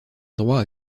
droit